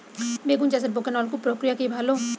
বেগুন চাষের পক্ষে নলকূপ প্রক্রিয়া কি ভালো?